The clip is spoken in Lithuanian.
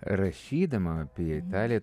rašydama apie italiją